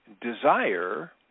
desire